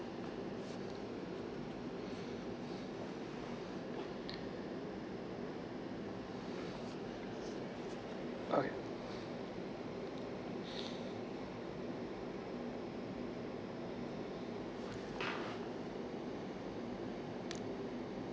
okay